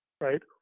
right